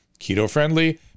keto-friendly